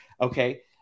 Okay